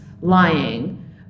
lying